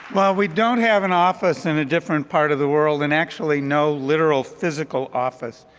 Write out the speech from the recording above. while we don't have an office in a different part of the world, and actually no literal physical office,